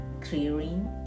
clearing